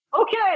okay